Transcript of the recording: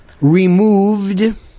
removed